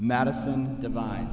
madison divine